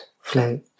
float